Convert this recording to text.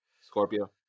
Scorpio